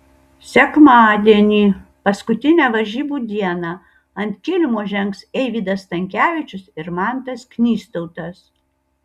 sekmadienį paskutinę varžybų dieną ant kilimo žengs eivydas stankevičius ir mantas knystautas